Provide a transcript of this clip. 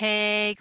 Hey